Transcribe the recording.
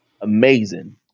Amazing